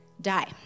die